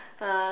uh